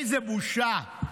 איזו בושה.